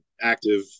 active